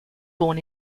born